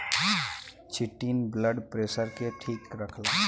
chitin blood pressure के ठीक रखला